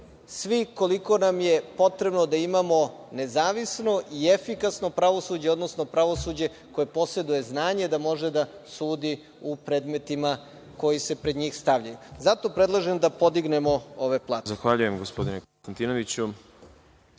svi koliko vam je potrebno da imamo nezavisno i efikasno pravosuđe, odnosno pravosuđe koje poseduje znanje da može da sudi u predmetima koji se pred njih stavljaju. Zato predlažem da podignemo ove plate. **Đorđe Milićević** Zahvaljujem, gospodine Konstantinoviću. Reč